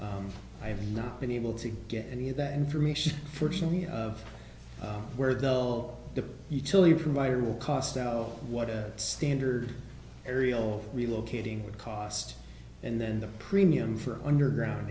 utility i have not been able to get any of that information for me of where though the utility provider will cost of what a standard aerial relocating would cost and then the premium for underground